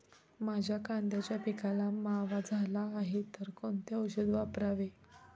माझ्या कांद्याच्या पिकाला मावा झाला आहे तर कोणते औषध वापरावे?